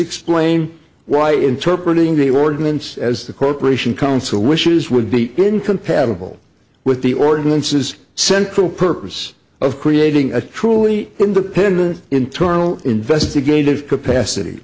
explain why interpret ingoing ordinance as the corporation council wishes would be incompatible with the ordinance is central purpose of creating a truly independent internal investigative capacity